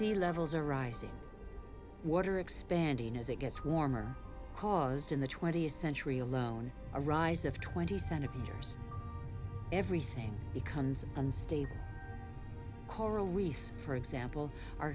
sea levels are rising water expanding as it gets warmer caused in the twentieth century alone a rise of twenty centimeters everything becomes unstable coral reefs for example are